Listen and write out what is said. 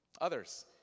Others